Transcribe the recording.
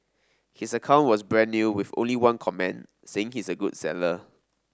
his account was brand new with only one comment saying he's a good seller